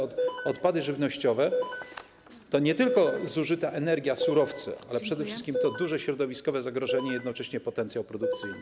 Odpady żywnościowe to nie tylko zużyta energia, surowce, ale przede wszystkim to duże środowiskowe zagrożenie, a jednocześnie potencjał produkcyjny.